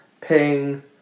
Ping